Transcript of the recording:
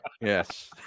Yes